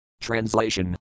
Translation